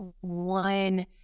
one